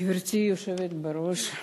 גברתי היושבת בראש,